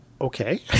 okay